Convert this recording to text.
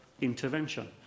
intervention